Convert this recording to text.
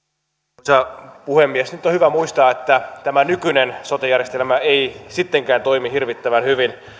arvoisa puhemies nyt on hyvä muistaa että tämä nykyinen sote järjestelmä ei sittenkään toimi hirvittävän hyvin